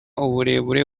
uburebure